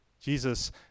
Jesus